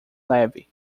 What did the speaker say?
leve